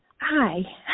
Hi